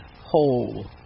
whole